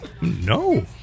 No